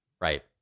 Right